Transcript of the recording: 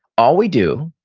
all we do,